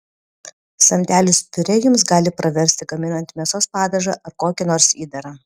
samtelis piurė jums gali praversti gaminant mėsos padažą ar kokį nors įdarą